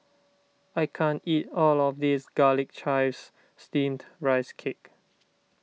I can't eat all of this Garlic Chives Steamed Rice Cake